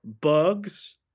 bugs